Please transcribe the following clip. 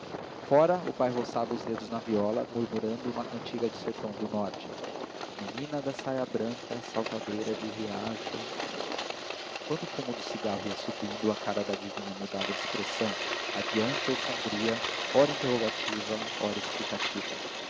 fora o pai roçava os dedos na viola murmurando uma cantiga do sertão do norte menina da saia branca saltadeira de riacho enquanto o fumo do cigarro ia subindo a cara da adivinha mudava de expressão radiante ou sombria ora interrogativa ora explicativa